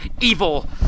evil